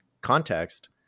context